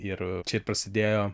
ir čia prasidėjo